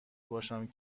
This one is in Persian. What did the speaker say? باشم